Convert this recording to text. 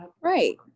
Right